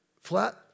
flat